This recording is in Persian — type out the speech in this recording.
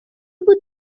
بود